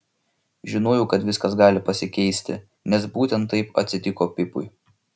žinojau kad viskas gali pasikeisti nes būtent taip atsitiko pipui